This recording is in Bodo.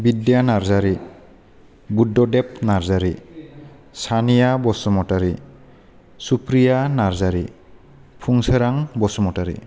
भिदिया नार्जारि बुद्धदेब नार्जारि सानिया बसुमतारी सुफ्रिया नार्जारि फुंसोरां बसुमतारी